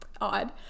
odd